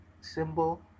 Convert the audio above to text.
symbol